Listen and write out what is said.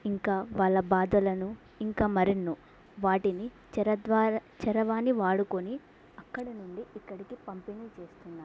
ఇంకా వాళ్ళ బాధలను ఇంకా మరెన్నో వాటిని చరద్వార చరవాణి వాడుకుని అక్కడ నుండి ఇక్కడికి పంపిణి చేస్తున్నారు